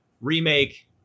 remake